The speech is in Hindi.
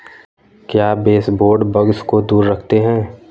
क्या बेसबोर्ड बग्स को दूर रखते हैं?